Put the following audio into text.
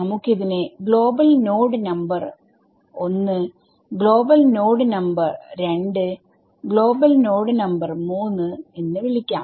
നമുക്കിതിനെ global node number 1 global node number 2 global node number 3 എന്ന് വിളിക്കാം